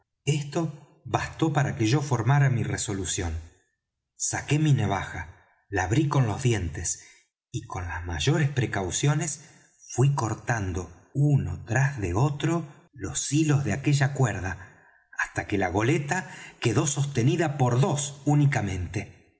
esto bastó para que yo formara mi resolución saqué mi navaja la abrí con los dientes y con las mayores precauciones fuí cortando uno tras de otro los hilos de aquella cuerda hasta que la goleta quedó sostenida por dos únicamente